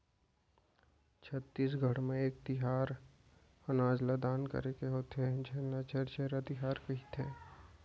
छत्तीसगढ़ म एक तिहार अनाज ल दान करे के होथे जेन ल छेरछेरा तिहार कहिथे